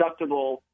deductible